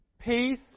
Peace